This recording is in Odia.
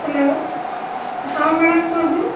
ହ୍ୟାଲୋ ହଁ ମ୍ୟାଡ଼ାମ୍ କୁହନ୍ତୁ